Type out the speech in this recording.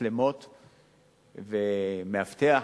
מצלמות ומאבטח,